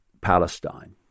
Palestine